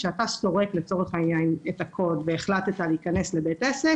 כך שכשאתה סורק את הקוד והחלטת להיכנס לבית עסק,